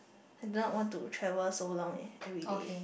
I do not want to travel so long eh everyday